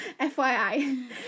FYI